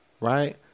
right